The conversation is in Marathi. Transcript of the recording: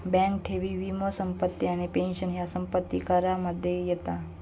बँक ठेवी, वीमो, संपत्ती आणि पेंशन ह्या संपत्ती करामध्ये येता